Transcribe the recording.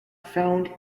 found